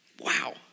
Wow